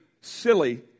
silly